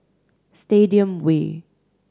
Stadium Way